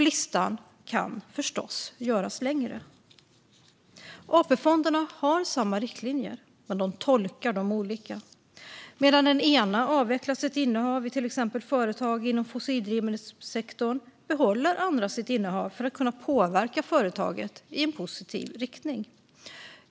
Listan kan förstås göras längre. AP-fonderna har samma riktlinjer, men de tolkar dem olika. Medan den ena avvecklar sitt innehav i till exempel företag inom fossildrivmedelssektorn behåller andra sitt innehav för att kunna påverka företaget i en positiv riktning.